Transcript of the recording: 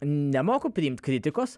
nemoku priimt kritikos